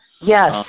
Yes